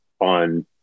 on